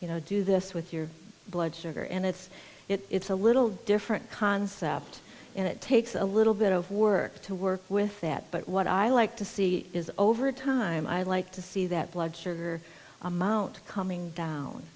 you know do this with your blood sugar and it's it's a little different concept and it takes a little bit of work to work with that but what i like to see is over time i like to see that blood sugar amount coming down